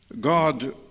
God